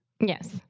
yes